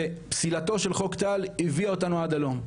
ופסילתו של חוק טל הביאה אותנו עד הלום.